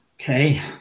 Okay